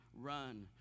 run